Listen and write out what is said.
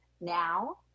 now